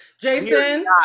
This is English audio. Jason